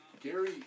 Gary